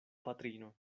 patrino